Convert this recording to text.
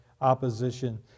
opposition